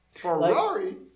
Ferrari